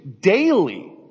daily